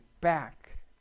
back